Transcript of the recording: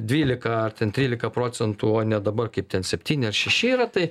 dvylika ar ten trylika procentų o ne dabar kaip ten septyni ar šeši yra tai